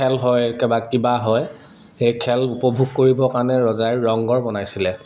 খেল হয় কিবা কিবা হয় সেই খেল উপভোগ কৰিবৰ কাৰণে ৰজাই ৰংঘৰ বনাইছিলে